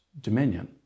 dominion